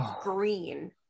green